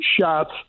shots